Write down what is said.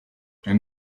and